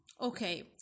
Okay